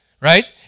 right